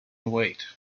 wait